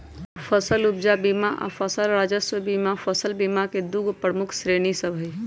फसल उपजा बीमा आऽ फसल राजस्व बीमा फसल बीमा के दूगो प्रमुख श्रेणि सभ हइ